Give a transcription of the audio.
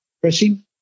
pressing